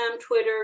Twitter